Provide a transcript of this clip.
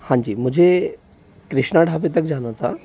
हाँ जी मुझे कृष्णा ढाबे तक जाना था